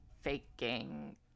faking